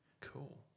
Cool